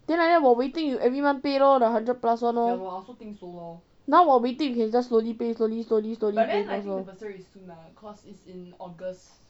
then like that while waiting you every month pay lor the hundred plus [one] lor now while waiting you can just slowly pay slowly slowly slowly pay first lor